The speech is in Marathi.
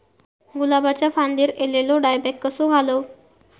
गुलाबाच्या फांदिर एलेलो डायबॅक कसो घालवं?